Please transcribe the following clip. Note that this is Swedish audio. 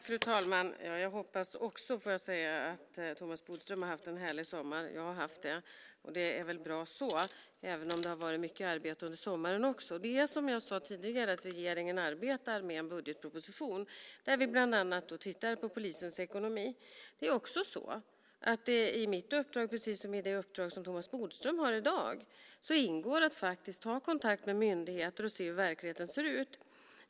Fru talman! Jag hoppas också att Thomas Bodström har haft en härlig sommar. Jag har haft det. Det är bra så, även om det har varit mycket arbete under sommaren också. Det är som jag sade tidigare: Regeringen arbetar med en budgetproposition där vi bland annat tittar på polisens ekonomi. Det är också så att det i mitt uppdrag, precis som i det uppdrag som Thomas Bodström har i dag, ingår att ta kontakt med myndigheter och se hur verkligheten ser ut.